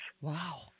Wow